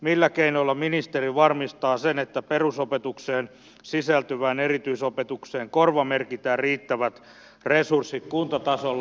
millä keinoilla ministeri varmistaa sen että perusopetukseen sisältyvään erityisopetukseen korvamerkitään riittävät resurssit kuntatasolla